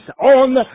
on